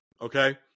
okay